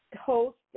host